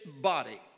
body